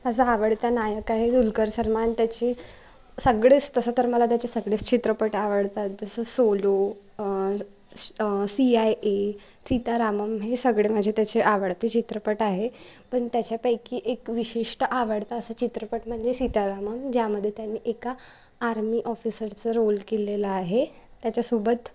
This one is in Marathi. माझा आवडता नायक आहे दुलकर सलमान त्याचे सगळेच तसं तर मला त्याचे सगळेच चित्रपट आवडतात जसं सोलो स् C I A Sita Ramam हे सगळे माझे त्याचे आवडते चित्रपट आहे पण त्याच्यापैकी एक विशिष्ट आवडता असा चित्रपट म्हणजे सीता रामम् ज्यामध्ये त्यांनी एका आर्मी ऑफिसरचं रोल केलेला आहे त्याच्यासोबत